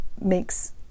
makes